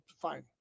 fine